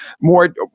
more